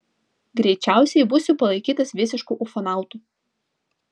greičiausiai būsiu palaikytas visišku ufonautu